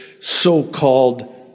so-called